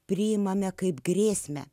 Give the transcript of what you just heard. priimame kaip grėsmę